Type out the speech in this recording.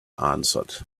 answered